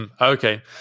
okay